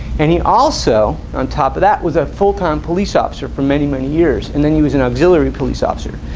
and he also on top of that was a full-time police officer for many many years and then he was an auxilary police officer,